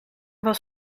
was